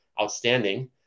outstanding